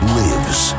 lives